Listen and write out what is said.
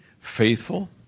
faithful